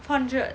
four hundred